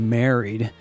married